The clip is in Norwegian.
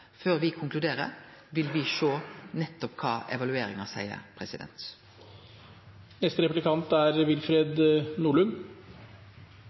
Før me konkluderer, vil me sjå kva evalueringa seier.